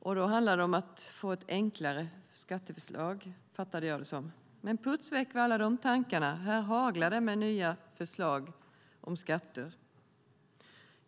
Då handlade det om att få ett enklare skatteförslag, fattade jag det som. Men puts väck är alla de tankarna; här haglar det av nya förslag om skatter.